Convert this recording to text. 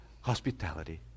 hospitality